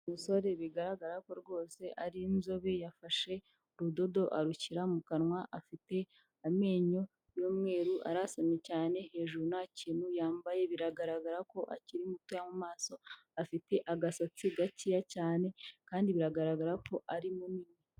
Umusore bigaragara ko rwose ari inzobe yafashe urudodo arushyira mu kanwa, afite amenyo y' umweru arasamye cyane, hejuru ntakintu yambaye biragaragara ko akiri mutoya mu maso, afite agasatsi gakeya cyane kandi biragaragara ko ari munini.